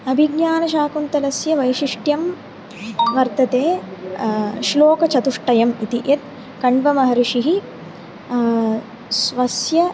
अभिज्ञानशाकुन्तलस्य वैशिष्ट्यं वर्तते श्लोकचतुष्टयम् इति यत् कण्वमहर्षिः स्वस्य